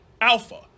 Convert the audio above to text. Alpha